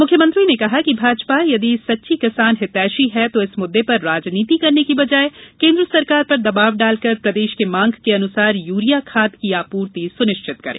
मुख्यमंत्री ने कहा कि भाजपा यदि सच्ची किसान हितैषी है तो इस मुद्दे पर राजनीति करने के बजाय केन्द्र सरकार पर दवाब डालकर प्रदेश के मांग के अनुसार यूरिया की आपूर्ति सुनिश्चित करे